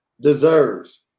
deserves